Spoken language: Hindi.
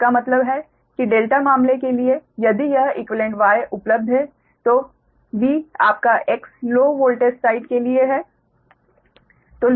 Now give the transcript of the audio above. इसका मतलब है कि ∆ मामले के लिए यदि यह इक्वीवेलेंट Y उपलब्ध है तो V आपका X लो वोल्टेज साइड के लिए है